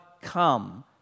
come